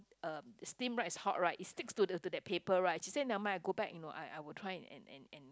uh steam right it's hot right it sticks to the to that paper right she say never mind I go back you know I will try and and and